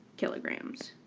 kilograms.